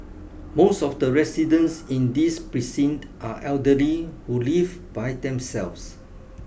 most of the residents in this precinct are elderly who live by themselves